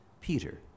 Peter